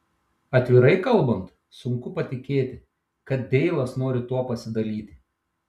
atvirai kalbant sunku patikėti kad deilas nori tuo pasidalyti